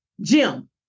Jim